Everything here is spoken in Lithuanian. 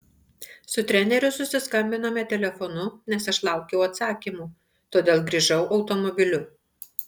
su treneriu susiskambinome telefonu nes aš laukiau atsakymų todėl grįžau automobiliu